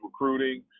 recruiting